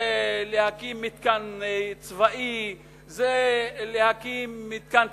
זה להקים מתקן צבאי, זה להקים מתקן תקשורת,